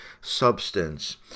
substance